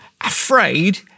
afraid